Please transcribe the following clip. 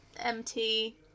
empty